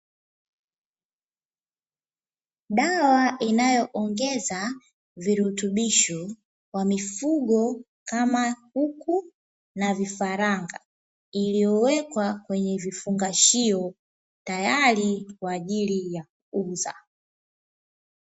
Dawa inayoongeza virutubisho kwa mifugo kama kuku na viaranga, iliyowekwa kwenye vifungashio tayari kwa ajili ya kuuza.